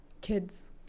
kids